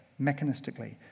mechanistically